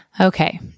Okay